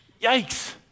Yikes